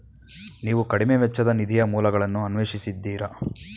ನೀವು ಕಡಿಮೆ ವೆಚ್ಚದ ನಿಧಿಯ ಮೂಲಗಳನ್ನು ಅನ್ವೇಷಿಸಿದ್ದೀರಾ?